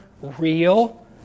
real